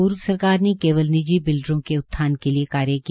पूर्व सरकार ने केवल निजी बिल्डरों के उत्थान के लिए कार्य किया